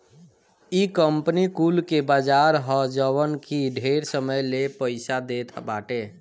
इ कंपनी कुल के बाजार ह जवन की ढेर समय ले पईसा देत बाटे